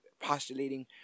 postulating